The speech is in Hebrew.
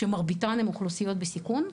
שמרביתן הן אוכלוסיות בסיכון,